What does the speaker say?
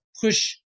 push